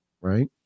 Right